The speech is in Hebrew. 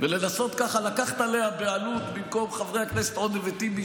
ולנסות ככה לקחת עליה בעלות במקום חברי הכנסת עודה וטיבי,